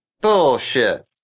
Bullshit